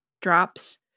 drops